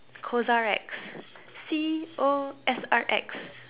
CosRX C O S R X